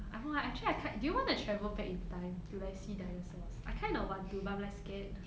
I don't know lah actually I do you want to travel back in time to like see dinosaurs I kind of want to but I'm like scared